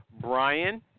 Brian